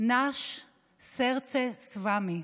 (אומרת מילים באוקראינית ומתרגמת)